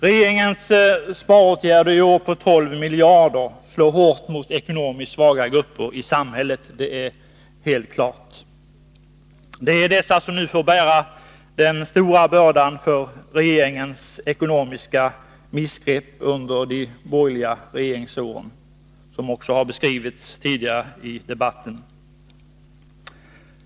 Regeringens sparåtgärder på 12 miljarder i år slår hårt mot ekonomiskt svaga grupper i samhället — det är helt klart. Det är dessa som nu får bära den stora bördan på grund av regeringens ekonomiska missgrepp under de borgerliga regeringsåren, vilket har beskrivits också tidigare i debatten.